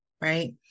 right